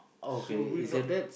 so we not